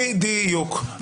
בדיוק.